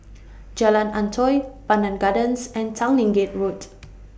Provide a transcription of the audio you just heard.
Jalan Antoi Pandan Gardens and Tanglin Gate